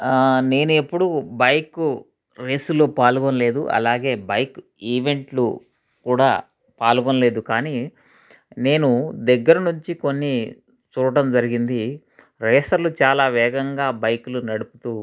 నేను ఎప్పుడూ బైక్ రేసులో పాల్గొనలేదు అలాగే బైక్ ఈవెంట్లు కూడా పాల్గొనలేదు కానీ నేను దగ్గర నుంచి కొన్ని చూడటం జరిగింది రేసర్లు చాలా వేగంగా బైక్లు నడుపుతూ